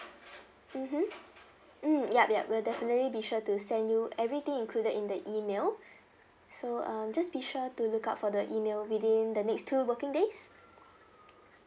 mmhmm mm ya ya we'll definitely be sure to send you everything included in the email so um just be sure to look out for the email within the next two working days